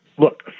Look